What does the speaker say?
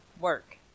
work